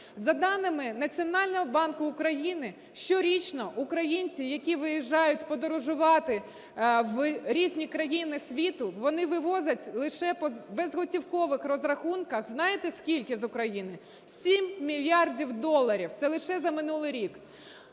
За даними Національного банку України щорічно українці, які виїжджають подорожувати в різні країни світу, вони вивозять лише по безготівкових розрахунках знаєте, скільки з України? 7 мільярдів доларів, це лише за минулий рік.